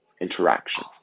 interaction